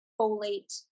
folate